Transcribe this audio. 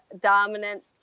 dominant